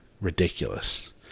ridiculous